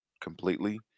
completely